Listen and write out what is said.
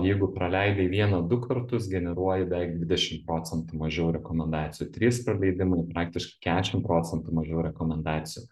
jeigu praleidai vieną du kartus generuoji beveik dvidešim procentų mažiau rekomendacijų trys praleidimai praktiškai kešim procentų mažiau rekomendacijų